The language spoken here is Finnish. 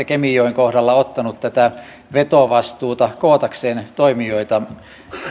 kemijoen kohdalla ottanut vetovastuuta kootakseen toimijoita